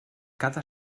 cada